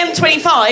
M25